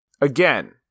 again